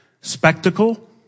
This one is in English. spectacle